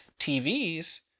TVs